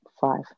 five